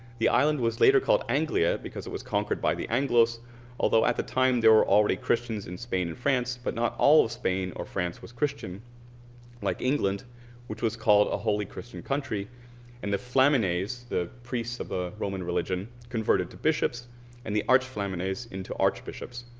the island was later called anglia because it was conquered by the anglos although at the time there were already christians in spain and france but not all of spain or france was christian like england was called a wholly christian country and the flamines, the priests of the roman religion, converted to bishops and the archflamines into archbishops.